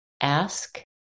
Ask